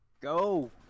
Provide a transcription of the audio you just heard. Go